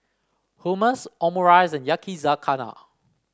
Hummus Omurice and Yakizakana